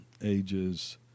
ages